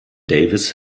davies